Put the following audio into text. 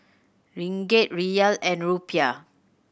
Ringgit Riyal and Rupiah